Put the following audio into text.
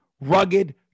rugged